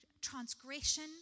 transgression